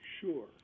sure